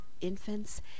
infants